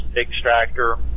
extractor